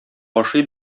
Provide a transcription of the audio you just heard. ашый